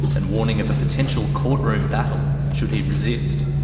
and warning of a potential courtroom battle should he resist.